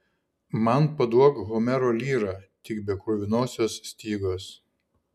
man paduok homero lyrą tik be kruvinosios stygos